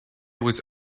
was